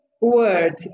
word